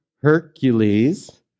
Hercules